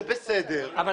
זה בסדר,